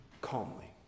calmly